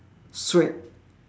suede